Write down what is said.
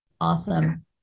Awesome